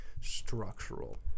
structural